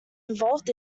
involved